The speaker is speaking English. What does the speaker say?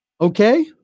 Okay